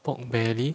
pork belly